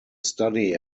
study